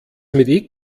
mit